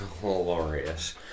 Glorious